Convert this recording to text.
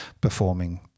performing